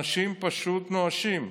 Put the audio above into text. אנשים פשוט נואשים.